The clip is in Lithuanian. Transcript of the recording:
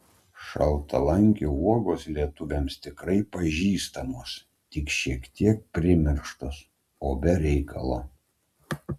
šaltalankio uogos lietuviams tikrai pažįstamos tik šiek tiek primirštos o be reikalo